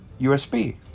USB